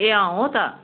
ए हो त